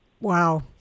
Wow